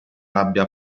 abbia